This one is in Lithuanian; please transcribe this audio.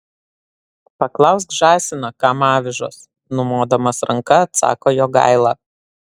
paklausk žąsiną kam avižos numodamas ranka atsako jogaila